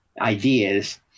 ideas